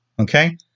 okay